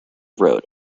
wrote